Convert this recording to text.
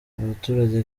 abaturage